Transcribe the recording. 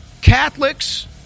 Catholics